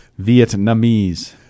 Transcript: Vietnamese